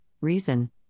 Reason